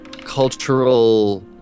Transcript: cultural